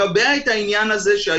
תנאי כזה לא היה קיים עד עכשיו.